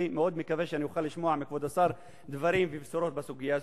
ואני מאוד מקווה שאוכל לשמוע מכבוד השר דברים ובשורות בסוגיה הזאת.